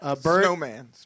Snowman